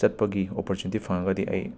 ꯆꯠꯄꯒꯤ ꯑꯣꯄꯣꯔꯆꯨꯟꯇꯤ ꯐꯪꯉꯒꯗꯤ ꯑꯩ